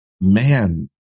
man